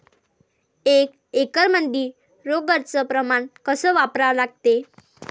एक एकरमंदी रोगर च प्रमान कस वापरा लागते?